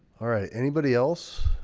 all right anybody else?